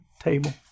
table